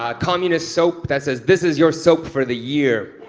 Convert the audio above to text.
ah communist soap that says, this is your soap for the year.